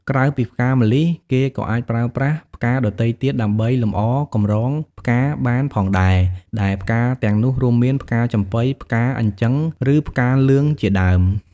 ក្រៅពីផ្កាម្លិះ គេក៏អាចប្រើប្រាស់ផ្កាដទៃទៀតដើម្បីលម្អកម្រងផ្កាបានផងដែរ ដែលផ្កាទាំងនោះរួមមាន ផ្កាចំប៉ី ផ្កាអញ្ជឹង ឬផ្កាលឿងជាដើម។